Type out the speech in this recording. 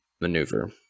maneuver